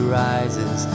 rises